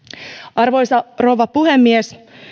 arvoisa rouva puhemies